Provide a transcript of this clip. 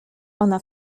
ona